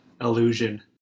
illusion